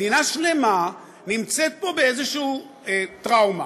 מדינה שלמה נמצאת פה באיזושהי טראומה.